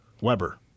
Weber